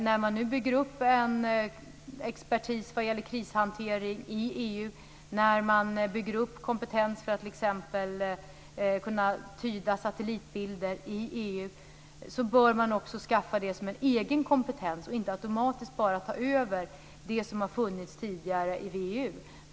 När man nu bygger upp en expertis vad gäller krishantering i EU och när man bygger upp kompetens för att t.ex. kunna tyda satellitbilder i EU bör man skaffa det som en egen kompetens och inte automatiskt bara ta över det som har funnits tidigare i VEU.